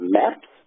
maps